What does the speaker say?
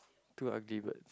two ugly bird